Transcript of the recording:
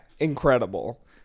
Incredible